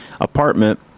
apartment